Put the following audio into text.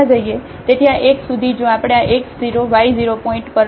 તેથી આ એક સુધી જો આપણે આ x 0 y 0 પોઇન્ટ પર લખીશું